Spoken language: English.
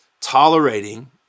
Tolerating